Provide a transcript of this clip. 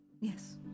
Yes